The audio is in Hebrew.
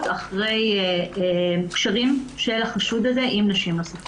אחר קשרים של החשוד הזה עם נשים נוספות.